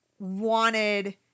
wanted